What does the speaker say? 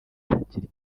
ntakiri